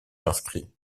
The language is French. inscrits